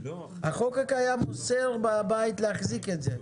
החוק הקיים אוסר להחזיק את זה בבית.